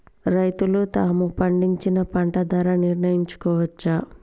రైతులు తాము పండించిన పంట ధర నిర్ణయించుకోవచ్చా?